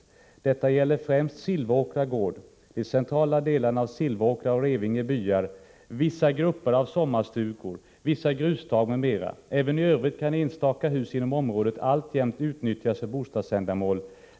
Detta gäller främst Silvåkra gård, de centrala delarna av Silvåkra och Revinge byar, vissa grupper av sommarstugor, vissa grustag m.m. Även i övrigt kan enstaka hus inom området alltjämt utnyttjas för bostadsändamål.